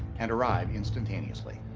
and arrive instantaneously.